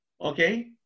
Okay